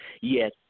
Yes